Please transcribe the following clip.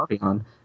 on